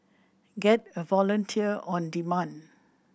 get a volunteer on demand